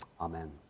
Amen